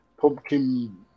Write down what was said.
pumpkin